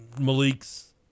Malik's